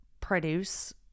produce